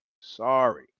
Sorry